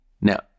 now